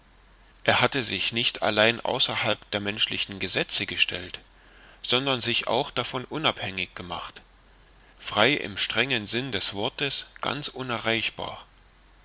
er hatte sich nicht allein außerhalb der menschlichen gesetze gestellt sondern sich auch davon unabhängig gemacht frei im strengen sinn des wortes ganz unerreichbar